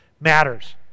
matters